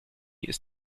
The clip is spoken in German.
ist